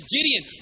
Gideon